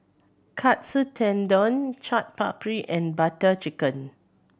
Katsu Tendon Chaat Papri and Butter Chicken